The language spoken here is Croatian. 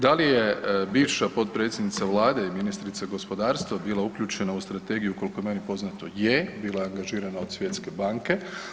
Da li je bivša potpredsjednica vlade i ministrica gospodarstva bila uključena u strategiju, koliko je meni poznato je, bila je angažirana od Svjetske banke.